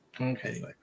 okay